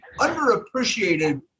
underappreciated